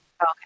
Okay